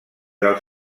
del